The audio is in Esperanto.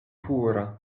pura